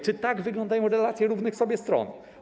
Czy tak wyglądają relacje równych sobie stron?